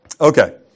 Okay